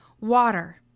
water